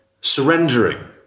surrendering